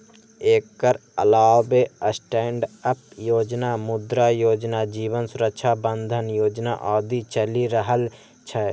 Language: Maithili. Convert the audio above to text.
एकर अलावे स्टैंडअप योजना, मुद्रा योजना, जीवन सुरक्षा बंधन योजना आदि चलि रहल छै